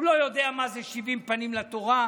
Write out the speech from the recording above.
הוא לא יודע מה זה שבעים פנים לתורה.